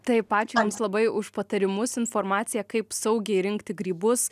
taip ačiū jums labai už patarimus informaciją kaip saugiai rinkti grybus